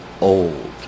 old